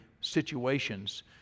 situations